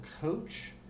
coach